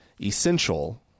Essential